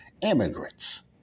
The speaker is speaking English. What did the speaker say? immigrants